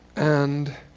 and,